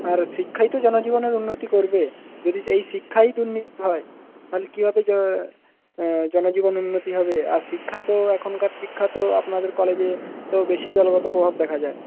আর শিক্ষাই তো জনজীবনের উন্নতি করবে যদি এই শিক্ষাই দুর্নীতি হয় তাহলে কীভাবে জন জীবনের উন্নতি হবে আর শিক্ষা তো এখনকার শিক্ষা তো আপনাদের কলেজে তো বেশি গত দলগত প্রভাব দেখা যায়